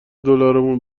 دلارمون